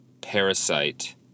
Parasite